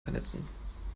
vernetzen